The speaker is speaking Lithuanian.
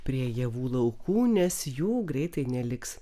prie javų laukų nes jų greitai neliks